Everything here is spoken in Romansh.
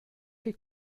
che